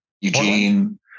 Eugene